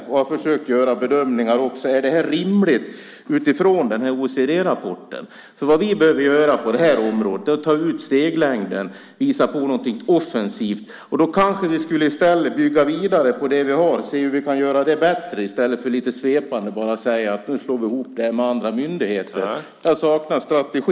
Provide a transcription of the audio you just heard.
Jag har försökt göra bedömningar om det här är rimligt utifrån OECD-rapporten. Vad vi behöver göra på det här området är att ta ut steglängden, visa på någonting offensivt. Då kanske vi skulle bygga vidare på det vi har och se hur vi kan göra det bättre i stället för att i lite svepande ordalag säga att vi slår ihop det med en annan myndighet. Här saknas strategi.